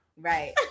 Right